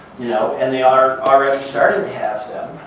you know and they are already starting to have them.